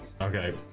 Okay